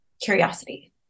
curiosity